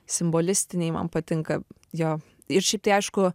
simbolistiniai man patinka jo ir šiaip tai aišku